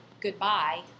goodbye